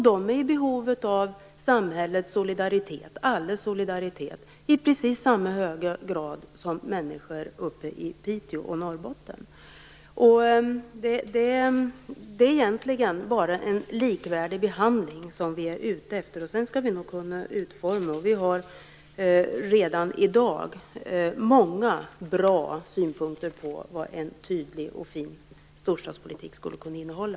De är i behov av allas solidaritet i precis samma höga grad som människor uppe i Piteå och Norrbotten. Det är egentligen bara en likvärdig behandling som vi är ute efter. En sådan skall vi nog kunna utforma, och vi har redan i dag många bra synpunkter på vad en tydlig och bra storstadspolitik skulle kunna innehålla.